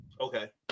Okay